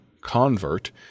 convert